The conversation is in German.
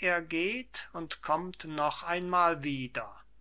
er geht und kommt noch einmal wieder